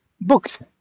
booked